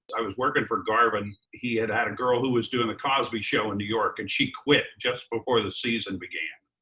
i was working for garvin. he had had a girl who was doing the cosby show in new york and she quit just before the season began.